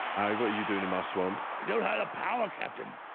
i what you doing in my swamp y'all had a power captain?